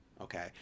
Okay